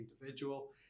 individual